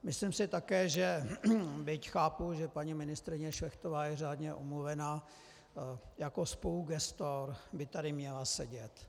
Myslím si také, že, byť chápu, že paní ministryně Šlechtová je řádně omluvena, jako spolugestor by tady měla sedět.